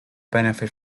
benefit